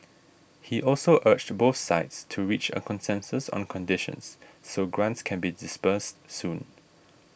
he also urged both sides to reach a consensus on conditions so grants can be disbursed soon